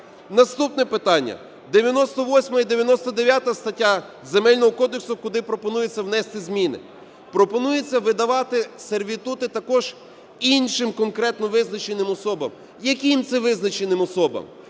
Наступне питання. 98 і 99 статті Земельного кодексу, куди пропонується внести зміни, пропонується видавати сервітути також іншим, конкретно визначеним, особам. Яким це "визначеним особам"?